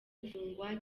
gufungwa